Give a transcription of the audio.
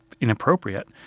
inappropriate